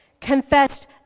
confessed